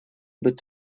быть